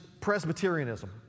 Presbyterianism